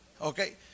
okay